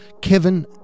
Kevin